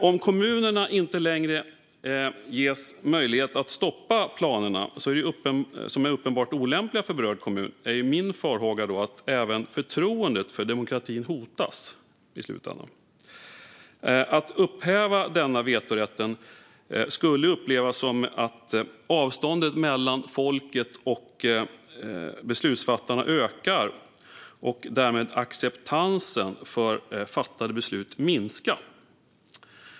Om kommunerna inte längre ges möjlighet att stoppa planer som är uppenbart olämpliga för berörd kommun är min farhåga att även förtroendet för demokratin hotas i slutänden. Att upphäva vetorätten skulle upplevas som att avståndet mellan folket och beslutsfattarna ökar, och därmed skulle acceptansen för fattade beslut minska.